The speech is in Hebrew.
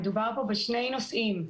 מדובר פה בשני נושאים.